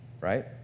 right